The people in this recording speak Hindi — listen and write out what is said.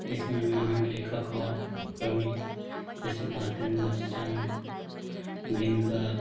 इसमें महान लेखक और कवि जैसे भारतेंदु हरिश्चंद्र दिनकर